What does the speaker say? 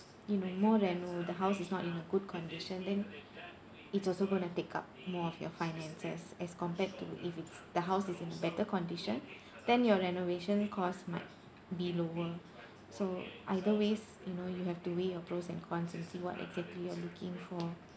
you know more reno if the house is not in a good condition then it also going to take up more of your finances as compared to if it's the house is in better condition then your renovation cost might be lower so either ways you know you have to weigh your pros and cons and see what exactly you're looking for